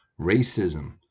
racism